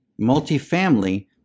multifamily